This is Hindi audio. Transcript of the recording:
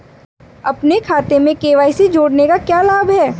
अपने खाते में के.वाई.सी जोड़ने का क्या लाभ है?